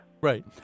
Right